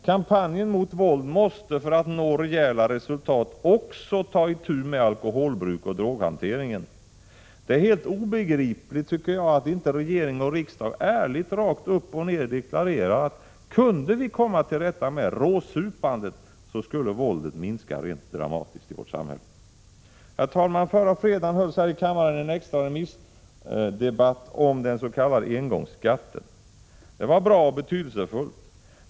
Kampanjen mot våld måste, för att vi skall nå rejäla resultat, också ta itu med alkoholbruk och droghanteringen. Det är helt obegripligt att inte regering och riksdag ärligt rakt upp och ner deklarerar, att kunde vi komma till rätta med råsupandet, skulle våldet minska rent dramatiskt i vårt samhälle. Herr talman! Förra fredagen hölls här i riksdagen en extra remissdebatt om den s.k. engångsskatten. Det var bra och betydelsefullt.